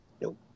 Nope